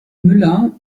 müller